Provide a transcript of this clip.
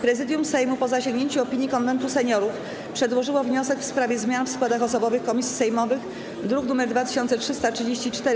Prezydium Sejmu, po zasięgnięciu opinii Konwentu Seniorów, przedłożyło wniosek w sprawie zmian w składach osobowych komisji sejmowych, druk nr 2334.